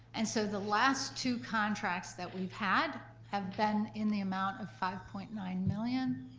and so the last two contracts that we've had have been in the amount of five point nine million,